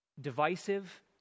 divisive